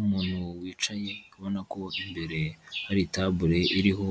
Umuntu wicaye ubona ko imbere hari itabule iriho